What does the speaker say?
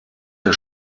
der